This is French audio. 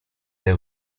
des